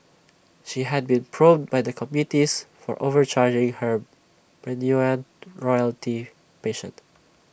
she had been probed by the committees for overcharging her Bruneian royalty patient